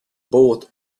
bought